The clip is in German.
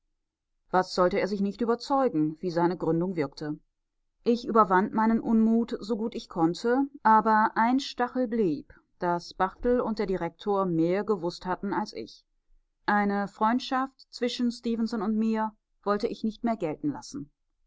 was sollte er sich nicht überzeugen wie seine gründung wirkte ich überwand meinen unmut so gut ich konnte aber ein stachel blieb daß barthel und der direktor mehr gewußt hatten als ich eine freundschaft zwischen stefenson und mir wollte ich nicht mehr gelten lassen